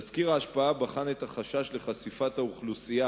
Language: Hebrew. תסקיר ההשפעה בחן את החשש לחשיפת האוכלוסייה